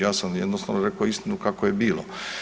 Ja sam jednostavno rekao istinu kako je bilo.